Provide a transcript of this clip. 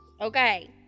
Okay